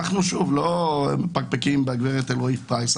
אנחנו לא מפקפקים בגברת אלרעי-פרייס,